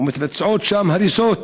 ומתבצעות שם הריסות